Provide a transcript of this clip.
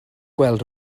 gweld